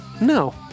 no